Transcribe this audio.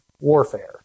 warfare